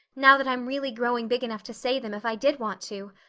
now that i'm really growing big enough to say them if i did want to.